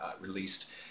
released